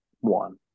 one